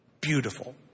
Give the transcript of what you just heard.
beautiful